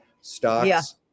stocks